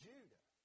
Judah